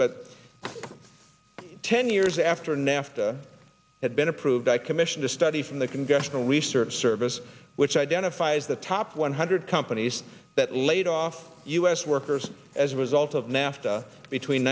but ten years after nafta had been approved i commissioned a study from the congressional research service which identifies the top one hundred companies that laid off u s workers as a result of nafta between